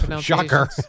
Shocker